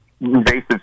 invasive